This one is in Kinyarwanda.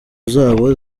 zabo